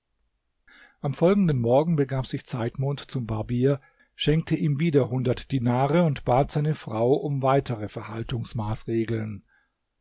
am folgenden morgen begab sich zeitmond zum barbier schenkte ihm wieder hundert dinare und bat seine frau um weitere